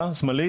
שמאלית,